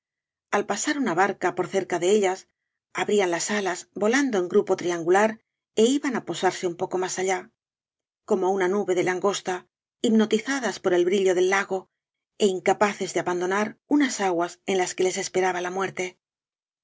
al pasar una barca por cerca de ellas abrían las alas volando en grupo triangular é iban á posarse un poco más allá como una nube de langosta hipnotizadas por el brillo del lago é incapaces de abandonar unas aguas en las que les esperaba la muerte